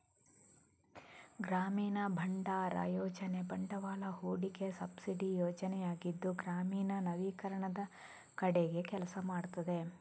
ಗ್ರಾಮೀಣ ಭಂಡಾರ ಯೋಜನೆ ಬಂಡವಾಳ ಹೂಡಿಕೆ ಸಬ್ಸಿಡಿ ಯೋಜನೆಯಾಗಿದ್ದು ಗ್ರಾಮೀಣ ನವೀಕರಣದ ಕಡೆಗೆ ಕೆಲಸ ಮಾಡುತ್ತದೆ